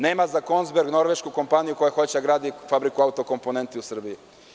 Nema za „Konzberg“ norvešku kompaniju koja hoće da gradi fabriku autokomponenti u Srbiji.